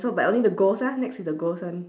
so but only the ghost ah next to the ghost one